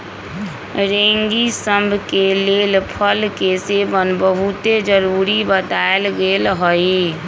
रोगि सभ के लेल फल के सेवन बहुते जरुरी बतायल गेल हइ